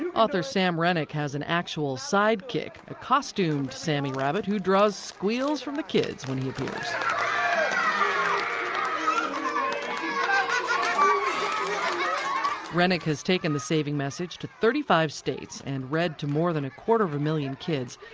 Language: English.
um author sam renick has an actual sidekick, a costumed sammy rabbit who draws squeals from the kids when he appears. um renick has taken the saving message to thirty five states and read to more than a quarter of a million kids.